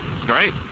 Great